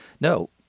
No